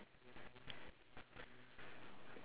oh okay then our last difference is here lor